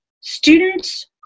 students